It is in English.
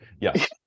yes